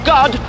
God